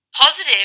Positive